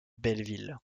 belleville